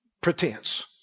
Pretense